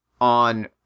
on